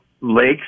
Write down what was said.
lakes